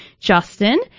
Justin